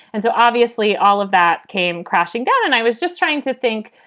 and so obviously, all of that came crashing down. and i was just trying to think,